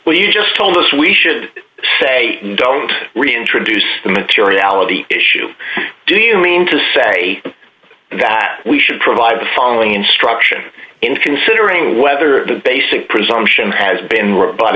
well you just told us we should say don't reintroduce the materiality issue do you mean to say that we should provide the following instruction in considering whether the basic presumption has been